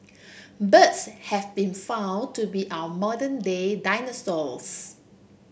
birds have been found to be our modern day dinosaurs